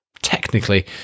Technically